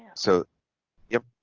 so yep